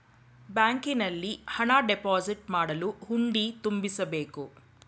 ಬ್ಯಾಂಕಿನಲ್ಲಿ ಹಣ ಡೆಪೋಸಿಟ್ ಮಾಡಲು ಹುಂಡಿ ತುಂಬಿಸಬೇಕು